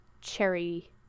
cherry